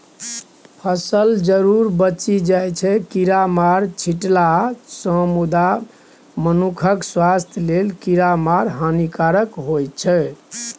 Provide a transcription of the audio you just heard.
फसल जरुर बचि जाइ छै कीरामार छीटलासँ मुदा मनुखक स्वास्थ्य लेल कीरामार हानिकारक होइ छै